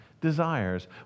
desires